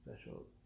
Special